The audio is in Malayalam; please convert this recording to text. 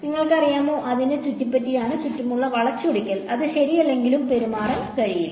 നിങ്ങൾക്കറിയാമോ അതിനെ ചുറ്റിപ്പറ്റിയാണ് ചുറ്റുമുള്ള വളച്ചൊടിക്കൽ അത് ശരിയല്ലെങ്കിലും പെരുമാറാൻ കഴിയില്ല